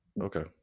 Okay